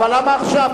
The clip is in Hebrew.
אבל למה עכשיו,